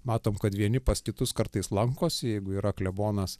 matom kad vieni pas kitus kartais lankosi jeigu yra klebonas